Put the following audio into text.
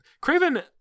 craven